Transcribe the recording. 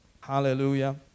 hallelujah